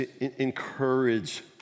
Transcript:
encourage